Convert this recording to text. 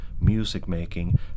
music-making